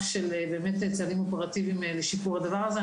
של צעדים אופרטיביים לשיפור הדבר הזה.